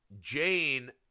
jane